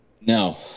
No